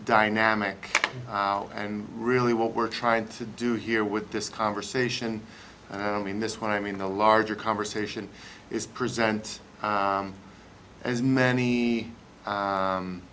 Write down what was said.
dynamic and really what we're trying to do here with this conversation i mean this one i mean the larger conversation is present as many